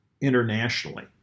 internationally